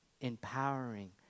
empowering